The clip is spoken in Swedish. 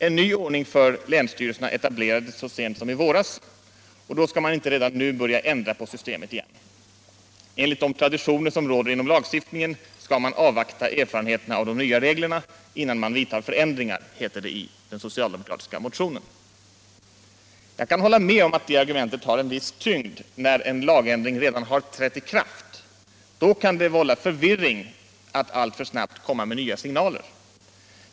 En ny ordning för länsstyrelserna etablerades så sent som i våras, och därför skall man inte redan nu börja ändra på systemet igen. Enligt de traditioner som råder inom lagstiftningen skall man avvakta erfarenheterna av de nya reglerna innan man vidtar förändringar, heter det i den socialdemokratiska motionen. Jag kan hålla med om att det argumentet har en viss tyngd när en lagändring redan har trätt i kraft. Då kan det vålla förvirring att alltför snabbt komma med nya signaler.